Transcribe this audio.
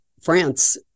France